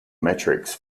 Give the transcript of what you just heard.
metrics